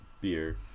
Beer